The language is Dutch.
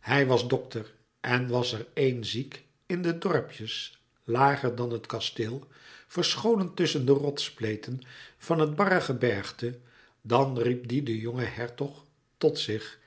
hij was dokter en was er een ziek in de dorpjes lager dan het kasteel verscholen tusschen de rotsspleten van het barre gebergte dan riep die den jongen hertog tot zich